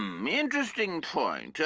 um interesting point. yeah